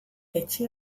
etxe